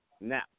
Now